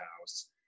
house